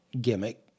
gimmick